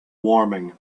warming